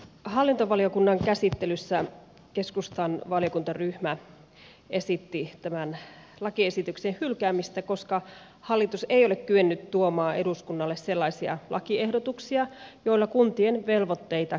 hallintovaliokunnan käsittelyssä keskustan valiokuntaryhmä esitti tämän lakiesityksen hylkäämistä koska hallitus ei ole kyennyt tuomaan eduskunnalle sellaisia lakiehdotuksia joilla kuntien velvoitteita kevennettäisiin